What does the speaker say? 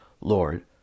Lord